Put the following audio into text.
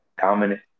dominant